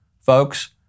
folks